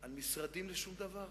על משרדים לשום דבר,